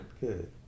Good